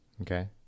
Okay